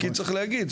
אם כי צריך להגיד,